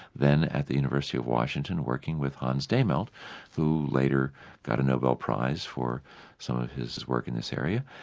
then at the university of washington working with hans dehmelt who later got a nobel prize for some of his work in this area.